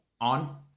on